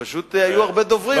פשוט היו הרבה דוברים.